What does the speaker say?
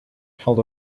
held